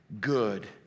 Good